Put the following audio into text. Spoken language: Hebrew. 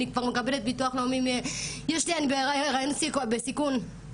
אני בהריון בסיכון,